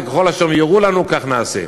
וככל אשר יורו לנו כך נעשה.